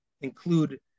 include